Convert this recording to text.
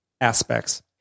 aspects